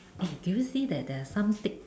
eh do you see that there are some tick